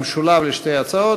במשולב על שתי ההצעות,